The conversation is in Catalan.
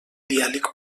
diàleg